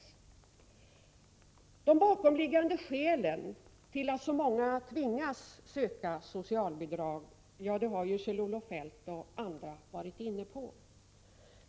De bakomliggande skälen till att så många tvingas söka socialbidrag har ju Kjell-Olof Feldt och andra varit inne på.